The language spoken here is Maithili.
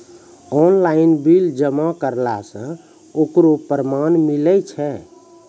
ऑनलाइन बिल जमा करला से ओकरौ परमान मिलै छै?